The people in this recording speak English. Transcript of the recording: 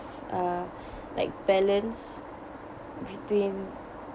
uh like balance between